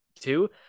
two